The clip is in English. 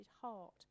heart